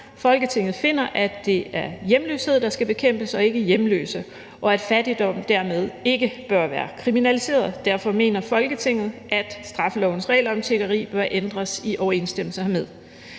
»Folketinget finder, at det er hjemløshed, der skal bekæmpes, og ikke hjemløse, og at fattigdom dermed ikke bør være kriminaliseret. Derfor mener Folketinget, at straffelovens regler om tiggeri bør ændres i overensstemmelse hermed.